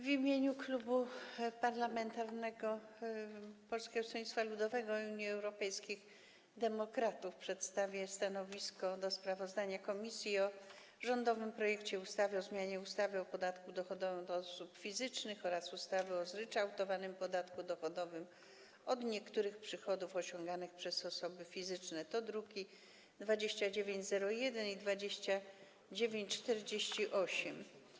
W imieniu Klubu Parlamentarnego Polskiego Stronnictwa Ludowego - Unii Europejskich Demokratów przedstawię stanowisko wobec sprawozdania komisji o rządowym projekcie ustawy o zmianie ustawy o podatku dochodowym od osób fizycznych oraz ustawy o zryczałtowanym podatku dochodowym od niektórych przychodów osiąganych przez osoby fizyczne, druki nr 2901 i 2948.